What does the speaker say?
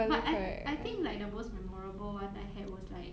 but I I think like the most memorable [one] I had was like